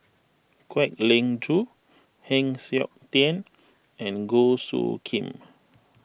Kwek Leng Joo Heng Siok Tian and Goh Soo Khim